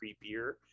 creepier